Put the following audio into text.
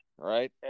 Right